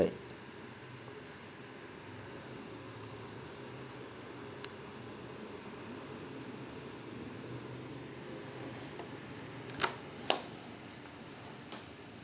right